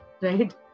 right